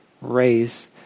Raise